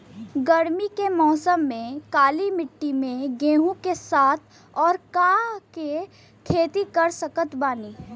गरमी के मौसम में काली माटी में गेहूँ के साथ और का के खेती कर सकत बानी?